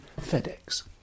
FedEx